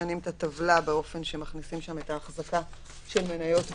משנים את הטבלה באופן שמכניסים שם את ההחזקה של מניות בנאמנות,